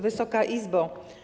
Wysoka Izbo!